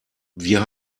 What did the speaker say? wir